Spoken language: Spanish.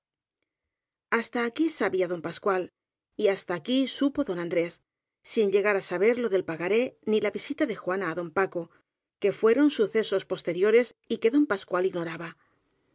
hasta aquí sabía don pascual y hasta aquí supo don andrés sin llegar á saber lo del pagaré ni la visita de juanita á don paco que fueron sucesos posteriores y que don pascual ignoraba